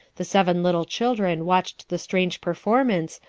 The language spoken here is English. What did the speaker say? the seven little children watched the strange performance,